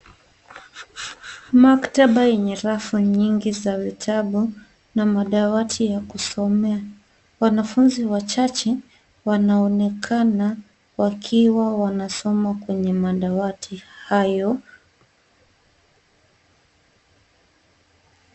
Maktaba yenye rafa nyingi za vitabu na madawati ya kusomea. Wanafunzi wachache wanaonekana wakiwa wanasoma kwenye madawati hayo.